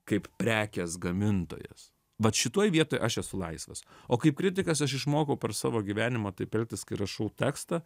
kaip prekės gamintojas vat šitoj vietoj aš esu laisvas o kaip kritikas aš išmokau per savo gyvenimą taip elgtis kai rašau tekstą